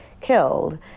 killed